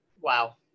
Wow